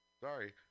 sorry